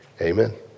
Amen